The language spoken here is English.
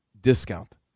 discount